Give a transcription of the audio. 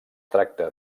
tracta